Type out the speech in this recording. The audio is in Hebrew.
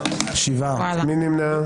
מי נמנע?